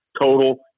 total